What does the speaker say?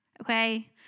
okay